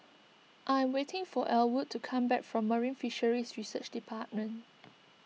I am waiting for Elwood to come back from Marine Fisheries Research Department